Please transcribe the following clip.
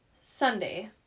Sunday